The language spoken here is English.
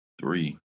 Three